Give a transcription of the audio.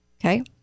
Okay